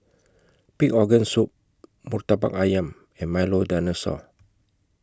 Pig Organ Soup Murtabak Ayam and Milo Dinosaur